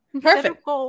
Perfect